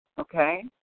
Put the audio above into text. Okay